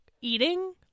eating